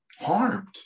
harmed